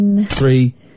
Three